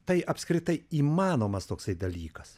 tai apskritai įmanomas toksai dalykas